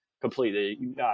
Completely